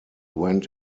went